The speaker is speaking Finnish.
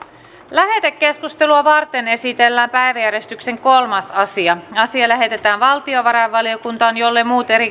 lähetekeskustelua varten esitellään päiväjärjestyksen kolmas asia asia lähetetään valtiovarainvaliokuntaan jolle muut